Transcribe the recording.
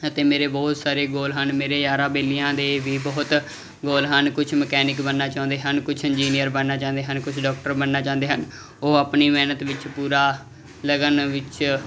ਅਤੇ ਮੇਰੇ ਬਹੁਤ ਸਾਰੇ ਗੋਲ ਹਨ ਮੇਰੇ ਯਾਰਾ ਬੇਲੀਆਂ ਦੇ ਵੀ ਬਹੁਤ ਗੋਲ ਹਨ ਕੁਝ ਮਕੈਨਿਕ ਬਣਨਾ ਚਾਹੁੰਦੇ ਹਨ ਕੁਝ ਇੰਜੀਨੀਅਰ ਬਣਨਾ ਚਾਹੁੰਦੇ ਹਨ ਕੁਝ ਡਾਕਟਰ ਬਣਨਾ ਚਾਹੁੰਦੇ ਹਨ ਉਹ ਆਪਣੀ ਮਿਹਨਤ ਵਿੱਚ ਪੂਰਾ ਲਗਨ ਵਿੱਚ